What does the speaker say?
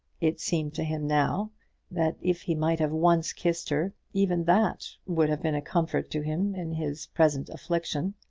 it seemed to him now that if he might have once kissed her, even that would have been a comfort to him in his present affliction.